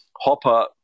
Hopper